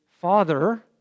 father